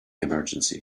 emergency